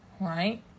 Right